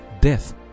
death